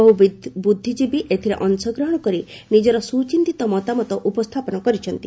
ବହୁ ବୁଦ୍ଧିଜୀବୀ ଏଥିରେ ଅଶଗ୍ରହଣ କରି ନିଜର ସୁଚିନ୍ତିତ ମତାମତ ଉପସ୍ଥାପନ କରିଛନ୍ତି